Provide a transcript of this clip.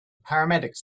paramedics